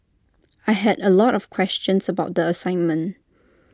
I had A lot of questions about the assignment